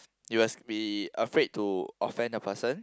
it was be afraid to offence a person